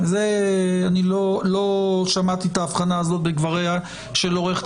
אני לא שמעתי את ההבחנה הזאת בדבריה של עו"ד